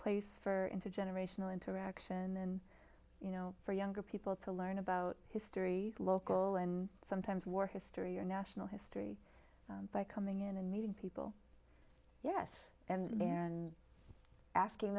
place for intergenerational interaction you know for younger people to learn about history local and sometimes war history or national history by coming in and meeting people yes and then asking